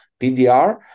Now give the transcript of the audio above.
PDR